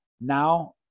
now